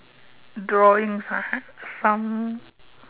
drawings ah some